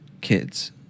kids